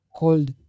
called